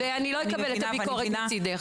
אני לא אקבל את הביקורת מצדך.